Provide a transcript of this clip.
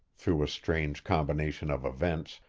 through a strange combination of events,